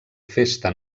festa